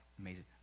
amazing